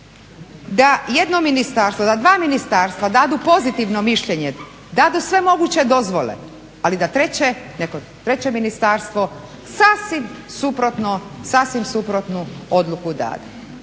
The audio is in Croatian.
da jedno ministarstvo, da dva ministarstva dadu pozitivno mišljenje dadu sve moguće dozvole, ali da neko treće ministarstvo sasvim suprotnu odluku dade.